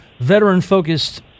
veteran-focused